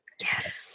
Yes